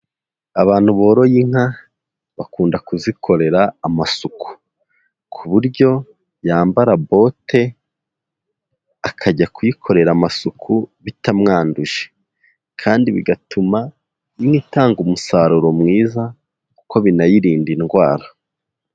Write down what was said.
Abantu boroye inka bakunda kuzikorera amasuku, ku buryo yambara bote akajya kuyikorera amasuku bitamwanduje kandi bigatuma inka itanga umusaruro mwiza kuko binayirinda indwara.